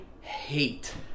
hate